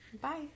Bye